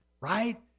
right